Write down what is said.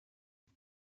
uno